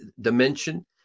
dimension